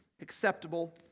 acceptable